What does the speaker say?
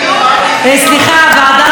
סליחה, ועדת החינוך.